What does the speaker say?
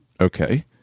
okay